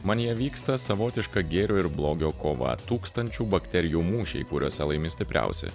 manyje vyksta savotiška gėrio ir blogio kova tūkstančių bakterijų mūšiai kuriuose laimi stipriausi